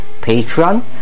Patreon